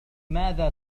ماذا